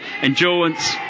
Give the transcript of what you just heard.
endurance